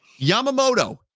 Yamamoto